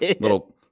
little